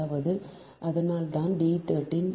அதாவது அதனால்தான் டி 13